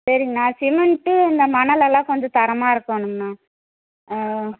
சரிங்கணா cement இந்த மணலெல்லாம் கொஞ்சம் தரமாக இருக்கணுங்ணா ஆ